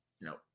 no